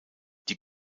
die